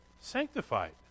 sanctified